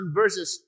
verses